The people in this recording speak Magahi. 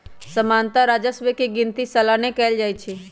सामान्तः राजस्व के गिनति सलने कएल जाइ छइ